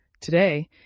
Today